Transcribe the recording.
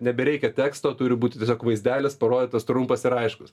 nebereikia teksto turi būti tiesiog vaizdelis parodytas trumpas ir aiškus